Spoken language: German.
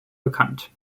bekannt